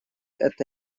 это